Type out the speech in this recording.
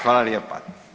Hvala lijepa.